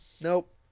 Nope